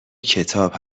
کتاب